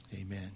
amen